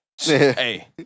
Hey